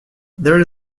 there